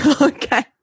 Okay